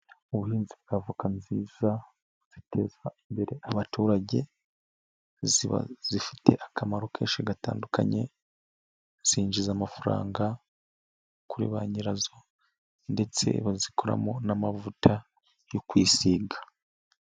Ubuhinzi bwa avoka nziza ziteza imbere abaturage, ziba zifite akamaro kenshi gatandukanye, zinjiza amafaranga kuri ba nyirazo ndetse bazikoramo n'amavuta yo kwisiga.